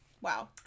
wow